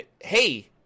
hey